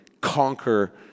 conquer